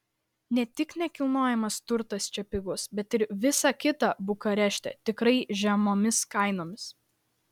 ne tik nekilnojamas turtas čia pigus bet ir visa kita bukarešte tikrai žemomis kainomis